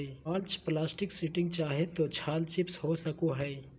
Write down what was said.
mulch plastic sheeting चाहे तो छाल चिप्स हो सको हइ